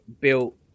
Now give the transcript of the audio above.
built